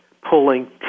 pulling